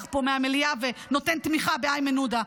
פה מהמליאה ונותן תמיכה לאיימן עודה.